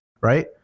right